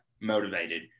motivated